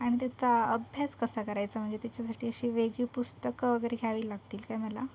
आणि त्याचा अभ्यास कसा करायचा म्हणजे त्याच्यासाठी अशी वेगळी पुस्तकं वगैरे घ्यावी लागतील काय मला